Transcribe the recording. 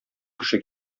кеше